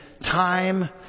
time